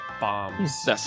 bombs